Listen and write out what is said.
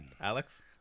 Alex